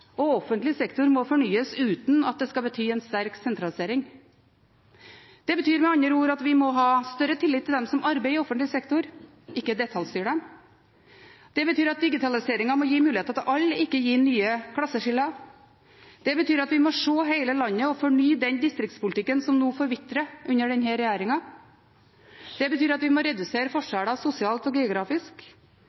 og offentlig sektor må fornyes uten at det skal bety en sterk sentralisering. Det betyr med andre ord at vi må ha større tillit til dem som arbeider i offentlig sektor, ikke detaljstyre dem. Det betyr at digitaliseringen må gi muligheter til alle, ikke gi nye klasseskiller. Det betyr at vi må se hele landet og fornye den distriktspolitikken som nå forvitrer under denne regjeringen. Det betyr at vi må redusere forskjeller sosialt og geografisk.